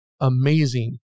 amazing